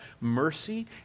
mercy